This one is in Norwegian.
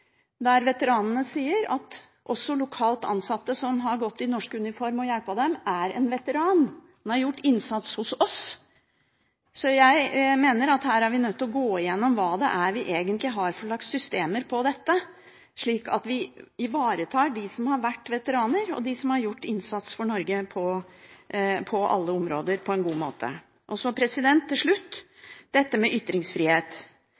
der veteranene sier at også lokalt ansatte som har gått i norsk uniform og hjulpet dem, er en veteran – en har gjort en innsats hos oss. Så jeg mener at her er vi nødt til å gå igjennom hva det egentlig er vi har av systemer for dette, slik at vi ivaretar dem som har vært veteraner og dem som har gjort en innsats for Norge på alle områder, på en god måte.